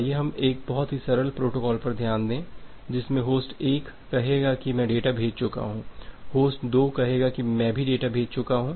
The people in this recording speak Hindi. तो आइए हम एक बहुत ही सरल प्रोटोकॉल पर ध्यान दें जिसमे होस्ट 1 कहेगा कि मैं डेटा भेज चुका होस्ट 2 कहेगा कि मैं भी डेटा भेज चुका